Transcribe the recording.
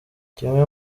kimwe